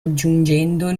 aggiungendo